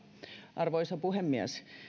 arvoisa puhemies